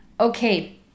Okay